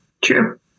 True